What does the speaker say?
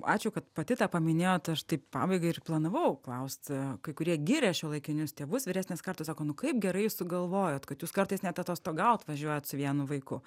ačiū kad pati tą paminėjot aš taip pabaigai ir planavau klausti kai kurie giria šiuolaikinius tėvus vyresnės kartos sako nu kaip gerai sugalvojot kad jūs kartais net atostogaut važiuojat su vienu vaiku